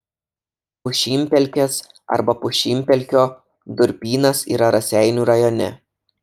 pušynpelkės arba pušynpelkio durpynas yra raseinių rajone